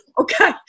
Okay